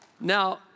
Now